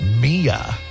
Mia